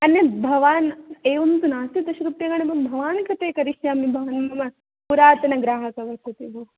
अन्यत् भवान् एवं तु नास्ति दश रूप्यकाणि भ भवान् कृते करिष्यामि भवान् मम पुरातनग्राहकः कृते भोः